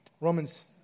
Romans